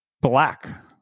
black